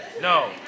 no